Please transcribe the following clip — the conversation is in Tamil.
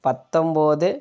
பத்தொம்பது